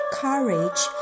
courage